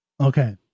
Okay